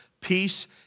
peace